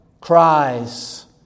cries